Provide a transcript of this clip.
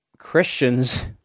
Christians